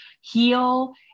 heal